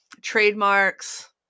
trademarks